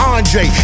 Andre